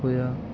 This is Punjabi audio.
ਹੋਇਆ